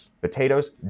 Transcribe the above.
Potatoes